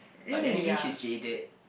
but then again she's jaded